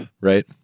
right